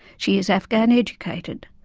she is afghan educated.